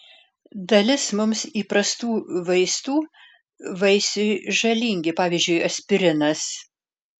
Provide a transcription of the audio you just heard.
dalis mums įprastų vaistų vaisiui žalingi pavyzdžiui aspirinas